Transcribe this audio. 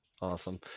awesome